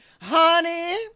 Honey